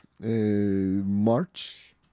march